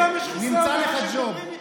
לכולם יש, נמצא לך ג'וב.